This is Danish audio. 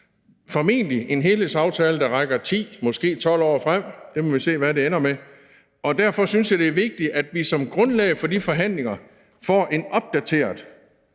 formentlig om en helhedsaftale, der rækker 10 eller måske 12 år frem – der må vi se, hvad vi ender med – og derfor synes jeg, det er vigtigt, at vi som grundlag for de forhandlinger får en opdateret